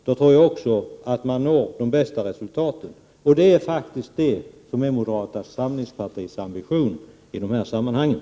Då tror jag att man når de bästa resultaten. Det är faktiskt det som är moderata samlingspartiets ambition i de här sammanhangen.